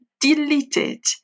deleted